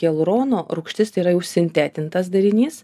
hialurono rūgštis tai yra jau sintetintas darinys